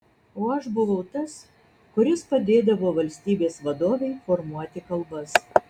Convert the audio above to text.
o aš buvau tas kuris padėdavo valstybės vadovei formuoti kalbas